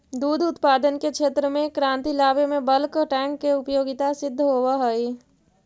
दुध उत्पादन के क्षेत्र में क्रांति लावे में बल्क टैंक के उपयोगिता सिद्ध होवऽ हई